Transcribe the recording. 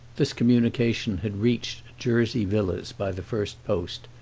this communication had reached jersey villas by the first post,